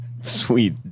sweet